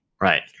Right